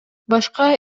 башка